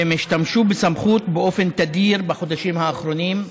והם השתמשו בסמכות באופן תדיר בחודשים האחרונים,